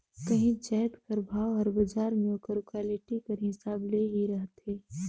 काहींच जाएत कर भाव हर बजार में ओकर क्वालिटी कर हिसाब ले ही रहथे